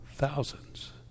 thousands